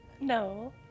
No